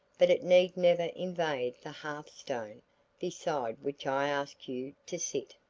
but it need never invade the hearthstone beside which i ask you to sit.